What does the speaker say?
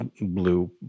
blue